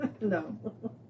No